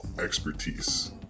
expertise